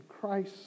Christ